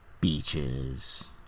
Beaches